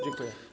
Dziękuję.